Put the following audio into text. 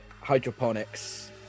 Hydroponics